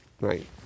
right